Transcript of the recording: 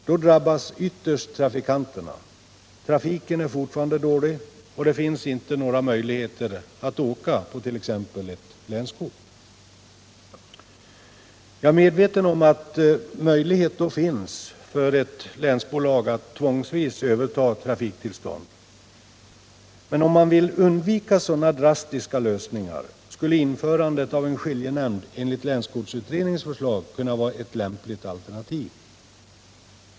Då drabbas ytterst trafikanterna: trafiken är fortfarande dålig, och det finns inga möjligheter att åka på t.ex. ett länskort. Jag är medveten om att möjlighet då finns för ett länsbolag att tvångsvis överta trafiktillståndet. Men om man vill undvika sådana drastiska lösningar, skulle införandet av en skiljenämnd enligt länskortsutredningens förslag kunna vara ett lämpligt alternativ.